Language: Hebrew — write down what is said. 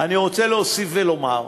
אני רוצה להוסיף ולומר,